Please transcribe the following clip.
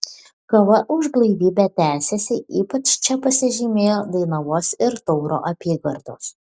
kova už blaivybę tęsėsi ypač čia pasižymėjo dainavos ir tauro apygardos